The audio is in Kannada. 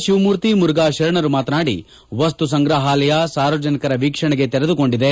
ಶಿವಮೂರ್ತಿ ಮುರುಘಾ ಶರಣರು ಮಾತನಾಡಿ ವಸ್ತು ಸಂಗ್ರಹಾಲಯ ಸಾರ್ವಜನಿಕರ ವೀಕ್ಷಣೆಗೆ ತೆರೆದುಕೊಂಡಿದೆ